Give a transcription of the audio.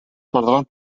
perdran